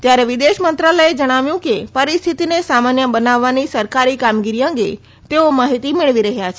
ત્યારે વિદેશમંત્રાલયે જણાવ્યું કે પરિસ્થિતિને સામાન્ય બનાવવાની સરકારી કામગીરી અંગે તેઓ માહિતી મેળવી રહ્યા છાં